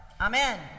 Amen